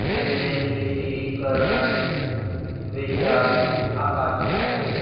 Dinesh Rishi Karan Vishal Akash